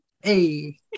hey